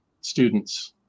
students